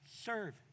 serve